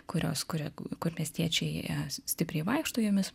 kurios kuria kur miestiečiai stipriai vaikšto jomis